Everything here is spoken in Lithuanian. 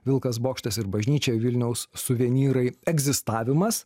vilkas bokštas ir bažnyčia vilniaus suvenyrai egzistavimas